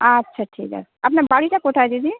আচ্ছা ঠিক আছে আপনার বাড়িটা কোথায় দিদি